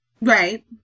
Right